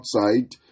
outside